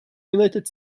united